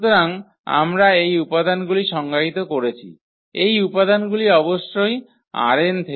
সুতরাং আমরা এই উপাদানগুলি সংজ্ঞায়িত করেছি এই উপাদানগুলি অবশ্যই ℝ𝑛 থেকে